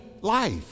life